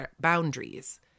boundaries